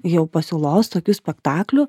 jau pasiūlos tokių spektaklių